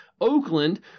Oakland